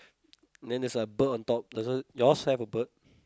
then there's a bird on top does it yours have bird